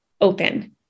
open